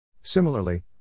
Similarly